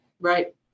Right